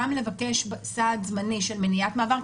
גם לבקש סעד זמני של מניעת מעבר,